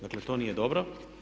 Dakle to nije dobro.